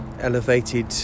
elevated